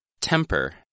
Temper